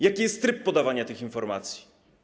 Jaki jest tryb podawania tych informacji?